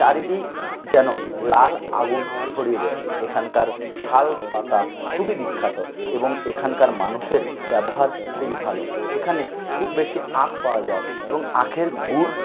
চারিদিক যেন লাল আগুন ছড়িয়ে দেয় এখানকার শাল পাতা খুবই বিখ্যাত এবং এখানকার মানুষের ব্যবহার খুবই ভালো এখানে খুব বেশি আঁখ পাওয়া যায় এবং আঁখের গুড়